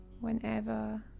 whenever